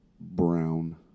Brown